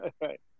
Right